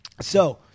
So-